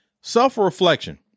Self-reflection